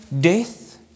death